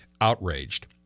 outraged